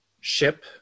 ship